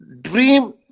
dream